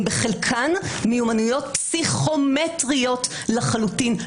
בחלקן מיומנויות פסיכומטריות לחלוטין.